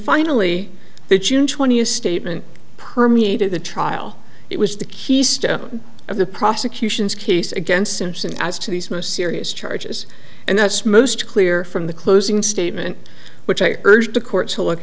finally the june twentieth statement permeated the trial it was the keystone of the prosecution's case against simpson as to these most serious charges and that's most clear from the closing statement which i urged the court to look